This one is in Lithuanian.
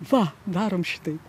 va darom šitaip